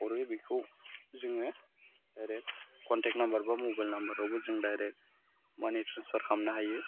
हरो बेखौ जोङो दाइरेक्ट कन्टेक्ट नामबार बा मबाइल नामबाराव जों दाइरेक्ट मानि ट्रेन्सफार खालामनो हायो